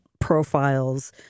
profiles